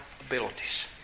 abilities